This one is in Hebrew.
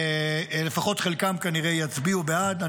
לפחות חלקם כנראה יצביעו בעד.